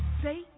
say